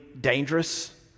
dangerous